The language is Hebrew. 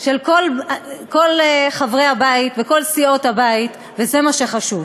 של כל חברי הבית וכל סיעות הבית, וזה מה שחשוב.